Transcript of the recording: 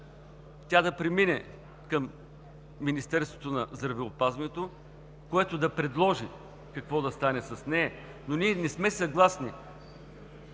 тя да премине към Министерството на здравеопазването, което да предложи какво да стане с нея. Ние не сме съгласни